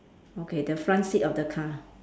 okay the front seat of the car